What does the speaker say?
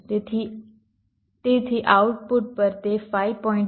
તેથી તેથી આઉટપુટ પર તે 5